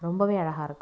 ரொம்பவே அழகாக இருக்கும்